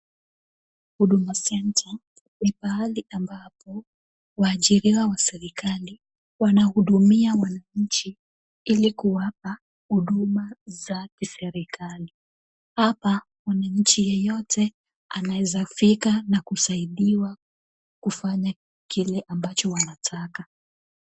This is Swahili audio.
Huduma Center ni mahali ambapo waajiriwa wa serikali wanahudumia wananchi, ili kuwapa huduma za kiserikali, hapa mwananchi yeyote anaweza fika na kusaidiwa kufanya kila ambacho anataka.